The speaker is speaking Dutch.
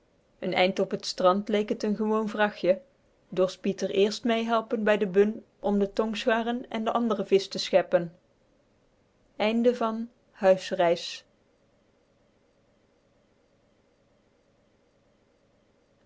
n eind op het strand leek t n gewoon vrachtje dorst pieter eerst mee bij de bun om de tongscharren en d'andre visch te scheppen